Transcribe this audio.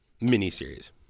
Mini-series